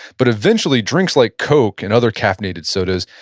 but eventually drinks like coke and other caffeinated sodas,